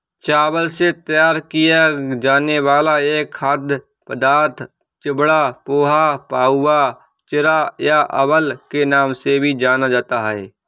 चावल से तैयार किया जाने वाला यह खाद्य पदार्थ चिवड़ा, पोहा, पाउवा, चिरा या अवल के नाम से भी जाना जाता है